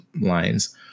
lines